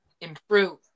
improve